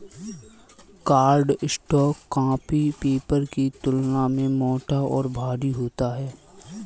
cardstock copy paper की तुलना में मोटा और भारी होता है